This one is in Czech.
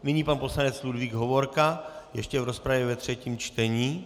Nyní pan poslanec Ludvík Hovorka, ještě v rozpravě ve třetím čtení.